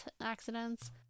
accidents